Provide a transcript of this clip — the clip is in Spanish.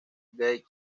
gate